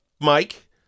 mike